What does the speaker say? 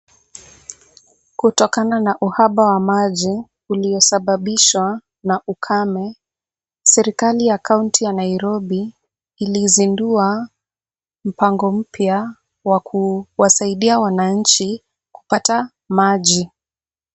Kutokana na uhaba wa maji uliosababishwa na ukame, serikali ya kaunti ya Nairobi, iliizindua mpango mpya wa kuwasaidia wananchi kupata maji.